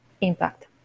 impact